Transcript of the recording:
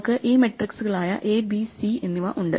നമുക്ക് ഈ മെട്രിക്സുകളായ എ ബി സി എന്നിവ ഉണ്ട്